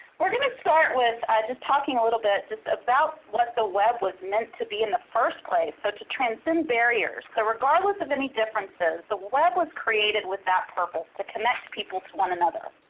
we're going to start with just talking a little bit about what the web was meant to be in the first place, so to transcend barriers. so regardless of any differences, the web was created with that purpose, to connect people to one another.